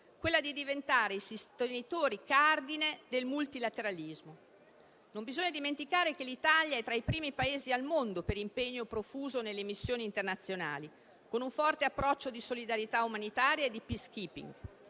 quella di diventare i sostenitori cardine del multilateralismo. Non bisogna dimenticare che l'Italia è tra i primi Paesi al mondo per impegno profuso nelle missioni internazionali, con un forte approccio di solidarietà umanitaria e di *peacekeeping*.